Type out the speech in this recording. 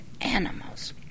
animals